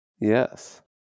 Yes